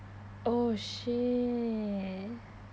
oh shit